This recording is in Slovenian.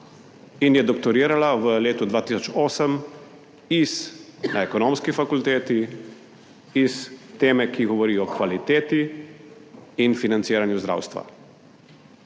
in je doktorirala v letu 2008 na Ekonomski fakulteti iz teme, ki govori o kvaliteti in financiranju zdravstva.